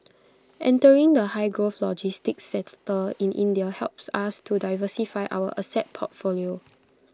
entering the high growth logistics sector in India helps us to diversify our asset portfolio